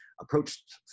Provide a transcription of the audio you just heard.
approached